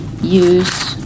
use